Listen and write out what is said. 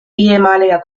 ehemaliger